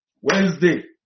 Wednesday